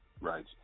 Right